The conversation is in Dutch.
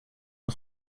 nog